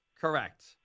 Correct